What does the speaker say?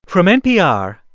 from npr,